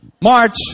March